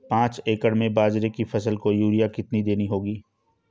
पांच एकड़ में बाजरे की फसल को यूरिया कितनी देनी होगी?